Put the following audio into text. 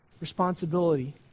responsibility